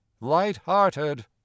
light-hearted